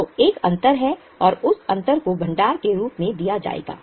तो एक अंतर है और उस अंतर को भंडार के रूप में दिया जाएगा